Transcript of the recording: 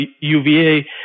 UVA